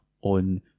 on